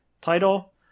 title